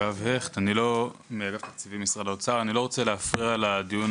אני לא רוצה להפריע לדיון